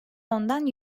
ondan